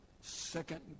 second